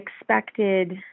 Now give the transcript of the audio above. expected